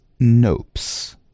nopes